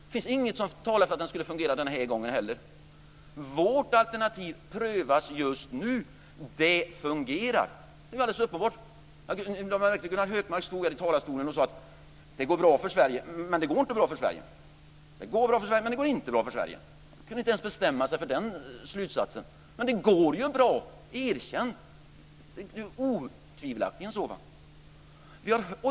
Det finns ingenting som talar för att den skulle fungera den här gången heller. Vårt alternativ prövas just nu, och det fungerar. Det är ju alldeles uppenbart. Gunnar Hökmark sade från den här talarstolen att det går bra för Sverige men att det inte går bra för Sverige. Han kunde inte bestämma sig ens när det gällde den slutsatsen. Men det går ju bra. Erkänn det! Det är otvivelaktigt så.